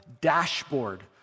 dashboard